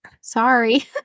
sorry